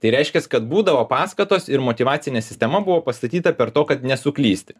tai reiškias kad būdavo paskatos ir motyvacinė sistema buvo pastatyta per to kad nesuklysti